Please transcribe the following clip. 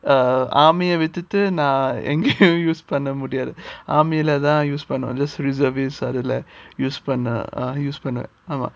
uh army ய விட்டுட்டு நான் எங்கேயும் யூஸ் பண்ண முடியாது:ya vitutu nan engayum use panna mudiathu army ல தான்:la than use பண்ணுவேன்:pannuven just reservists use பண்ணுவேன் ஆமா ஆமா:pannuven ama ama